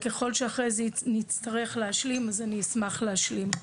ככל שנצטרך להשלים, אני אשמח להשלים.